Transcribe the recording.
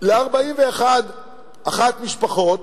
ל-41 משפחות